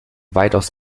weitaus